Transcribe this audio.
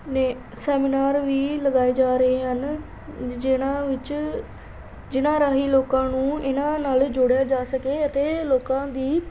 ਨੇ ਸੈਮੀਨਾਰ ਵੀ ਲਗਾਏ ਜਾ ਰਹੇ ਹਨ ਜਿਨ੍ਹਾਂ ਵਿੱਚ ਜਿਨ੍ਹਾਂ ਰਾਹੀਂ ਲੋਕਾਂ ਨੂੰ ਇਨ੍ਹਾਂ ਨਾਲ ਜੋੜਿਆ ਜਾ ਸਕੇ ਅਤੇ ਲੋਕਾਂ ਦੀ